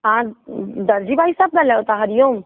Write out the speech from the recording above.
हा दर्जी भाई साहिबु ॻाल्हायो था हरि ओम